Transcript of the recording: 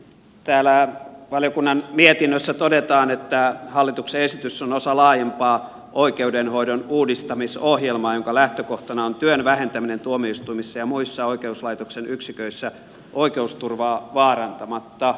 täällä valiokunnan mietinnössä todetaan että hallituksen esitys on osa laajempaa oikeudenhoidon uudistamisohjelmaa jonka lähtökohtana on työn vähentäminen tuomioistuimissa ja muissa oikeuslaitoksen yksiköissä oikeusturvaa vaarantamatta